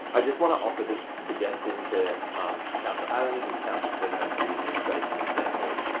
i just want to offer this suggestion to councillor adams and councillor schrinner and to the administration in general.